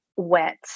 wet